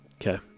Okay